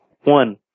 one